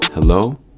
Hello